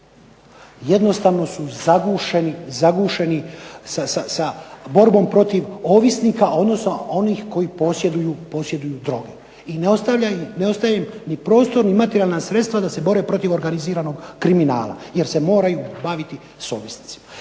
Jednostavno su zagušeni sa borbom protiv ovisnika, odnosno onih koji posjeduju droge. I ne ostaje im ni prostor ni materijalna sredstva da se bore protiv organiziranog kriminala jer se moraju baviti s ovisnicima.